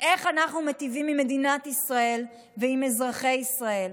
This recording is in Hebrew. איך אנחנו מיטיבים עם מדינת ישראל ועם אזרחי ישראל.